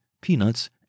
peanuts